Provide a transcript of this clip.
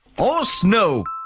or snow.